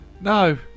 No